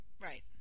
Right